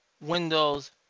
Windows